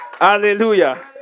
Hallelujah